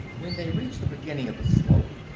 when they reached the beginning of the slope,